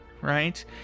right